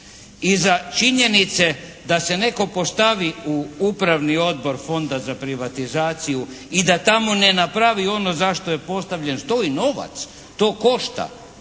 iza činjenice da se netko postavi u Upravni odbor Fonda za privatizaciju i da tamo ne napravi ono za što je postavljen stoji novac. To košta.